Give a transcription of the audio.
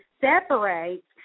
separates